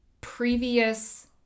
previous